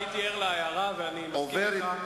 לא הייתי ער להערה ואני מבקש ממך,